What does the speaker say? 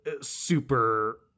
super